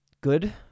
good